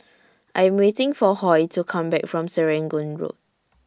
I Am waiting For Hoy to Come Back from Serangoon Road